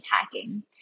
hacking